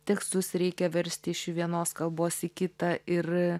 tekstus reikia versti iš vienos kalbos į kitą ir